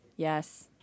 Yes